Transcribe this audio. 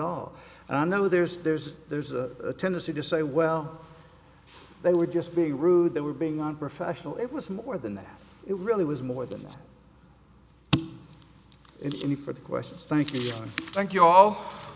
all i know there's there's there's a tendency to say well they were just being rude they were being unprofessional it was more than that it really was more than in you for the questions thank you thank